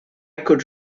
could